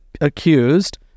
accused